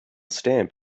stamp